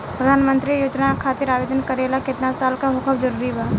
प्रधानमंत्री योजना खातिर आवेदन करे ला केतना साल क होखल जरूरी बा?